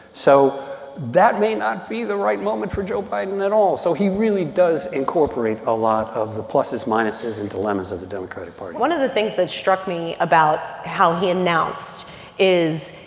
so that may not be the right moment for joe biden at all. so he really does incorporate a lot of the pluses, minuses and dilemmas of the democratic party one of the things that struck me about how he announced is,